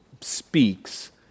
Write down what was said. speaks